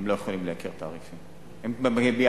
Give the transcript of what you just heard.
הם לא